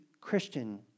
Christian